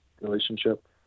relationship